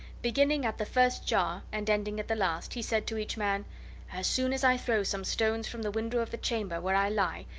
beginning at the first jar and ending at the last, he said to each man as soon as i throw some stones from the window of the chamber where i lie,